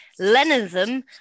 Leninism